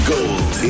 Gold